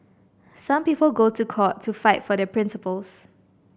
some people go to court to fight for their principles